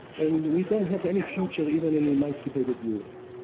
and we don't have any future, even in emancipated europe.